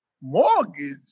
mortgage